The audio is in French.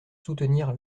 soutenir